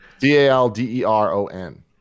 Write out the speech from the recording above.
D-A-L-D-E-R-O-N